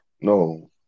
No